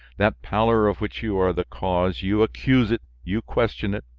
that pallor of which you are the cause, you accuse it, you question it.